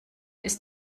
ist